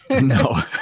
No